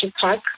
park